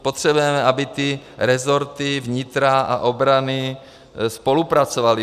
Potřebujeme, aby rezorty vnitra a obrany více spolupracovaly.